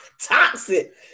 Toxic